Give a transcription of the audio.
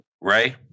Ray